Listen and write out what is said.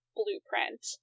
blueprint